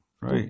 right